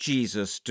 Jesus